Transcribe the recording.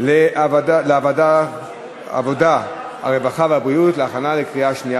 לוועדת העבודה, הרווחה והבריאות נתקבלה.